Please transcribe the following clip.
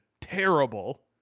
terrible